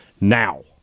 Now